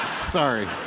Sorry